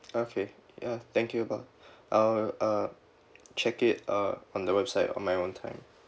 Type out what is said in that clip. okay ya thank you bye uh uh check it uh on the website on my own time